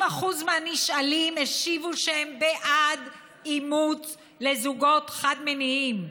60% מהנשאלים השיבו שהם בעד אימוץ לזוגות חד-מיניים,